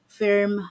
firm